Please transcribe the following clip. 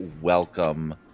welcome